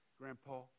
Grandpa